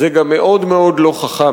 זה גם מאוד-מאוד לא חכם,